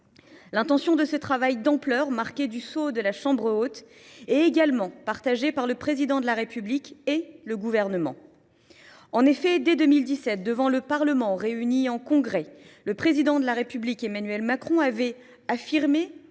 L’intention de ce travail d’ampleur, marqué du sceau de la chambre haute, est également partagée par le Président de la République et le Gouvernement. En effet, dès 2017, devant le Parlement réuni en Congrès, le Président de la République, Emmanuel Macron, avait affirmé